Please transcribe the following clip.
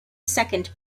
second